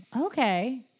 okay